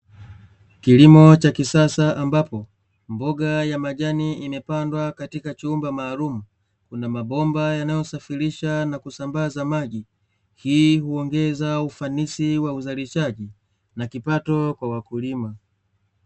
Kilimo cha kisasa ambapo mboga ya majani imepandwa katika chumba maalumu, kuna mabomba yanayosafirisha na kusambaza maji. Hii huongeza ufanisi wa uzalishaji na kipato kwa wakulima.